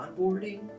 onboarding